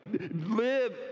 Live